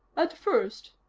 at first,